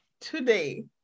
Today